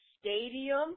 stadium